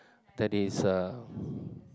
that is uh